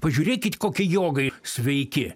pažiūrėkit kokie jogai sveiki